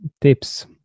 tips